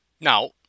Now